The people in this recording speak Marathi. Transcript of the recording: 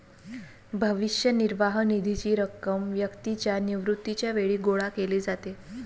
भविष्य निर्वाह निधीची रक्कम व्यक्तीच्या निवृत्तीच्या वेळी गोळा केली जाते